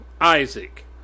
Isaac